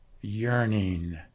yearning